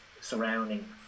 surrounding